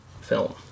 film